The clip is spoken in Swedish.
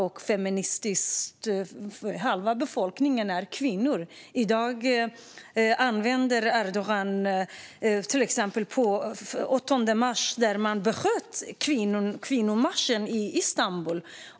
Halva den turkiska befolkningen är kvinnor, och den 8 mars besköt Erdogan kvinnomarschen i Istanbul.